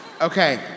Okay